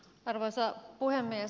arvoisa puhemies